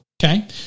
Okay